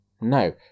No